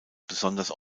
besonders